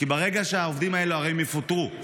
הרי העובדים האלה יפוטרו,